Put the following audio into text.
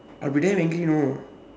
I would be damn angry you know